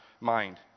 mind